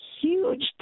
huge